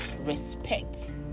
respect